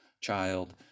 child